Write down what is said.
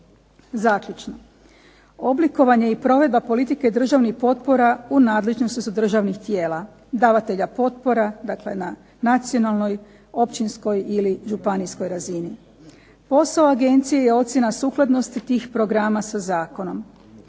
Zaključno, oblikovanje i provedba politike državnih potpora u nadležnosti su državnih tijela, davatelja potpora, dakle na nacionalnoj, općinskoj ili županijskoj razini. Posao agencije je ocjena sukladnosti tih programa sa zakonom